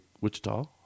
Wichita